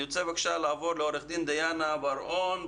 אני רוצה לעבור לעורכת הדין דיאנה בראון,